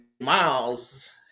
Miles